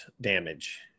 damage